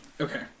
Okay